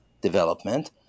development